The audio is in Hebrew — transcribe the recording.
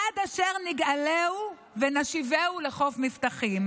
עד אשר נגאלהו ונשיבהו לחוף מבטחים.